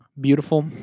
beautiful